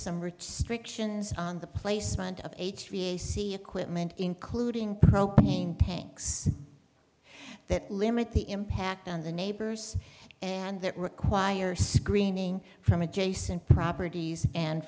some rich strictures on the placement of h p a see equipment including programming banks that limit the impact on the neighbors and that requires screening from adjacent properties and